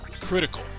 critical